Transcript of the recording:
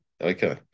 Okay